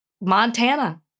Montana